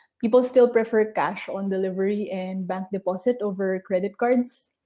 people still prefer cash on delivery and bank deposit over credit cards.